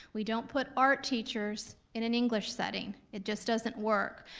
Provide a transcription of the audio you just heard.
we don't put art teachers in an english setting. it just doesn't work.